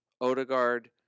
Odegaard